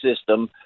System